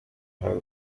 has